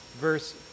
Verse